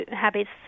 habits